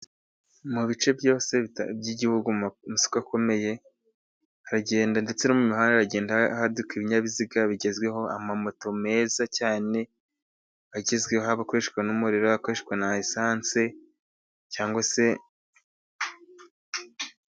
Mu bice byose by'igihugu mu masoko akomeye, haragenda ndetse no mu mihanda haragenda haduka ibinyabiziga bigezweho, amamoto meza cyane agezweho akoreshwa n'umuriro akoreshwa na esanse cyangwa se....